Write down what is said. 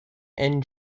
and